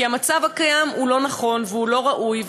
כי המצב הקיים הוא לא נכון והוא לא ראוי.